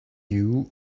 you